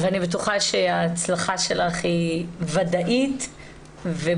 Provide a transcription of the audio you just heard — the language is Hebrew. אני בטוחה שההצלחה שלך היא ודאית וברורה,